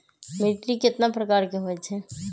मिट्टी कतना प्रकार के होवैछे?